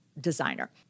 designer